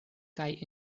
kaj